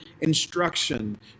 instruction